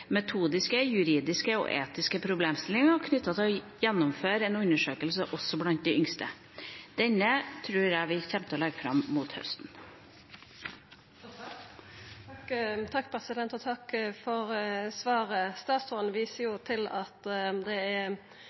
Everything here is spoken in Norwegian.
metodiske, juridiske og etiske problemstillinger knyttet til å gjennomføre en slik undersøkelse også blant de yngste. Den utredningen tror jeg vi kommer til å legge fram til høsten. Takk for svaret. Statsråden viser til at det er